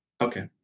okay